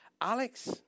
Alex